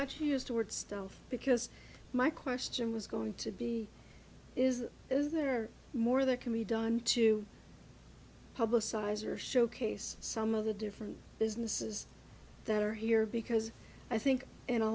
actually used the word stuff because my question was going to be is is there more that can be done to publicize or showcase some of the different businesses that are here because i think in a